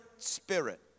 Spirit